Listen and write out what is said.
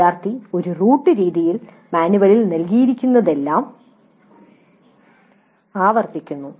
വിദ്യാർത്ഥി ഒരു റൂട്ട് രീതിയിൽ മാനുവലിൽ നൽകിയിരിക്കുന്നതെല്ലാം ആവർത്തിക്കുന്നു